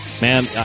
Man